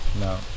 No